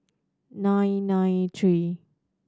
nine nine three